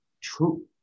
true